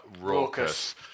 raucous